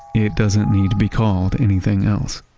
it doesn't need to be called anything else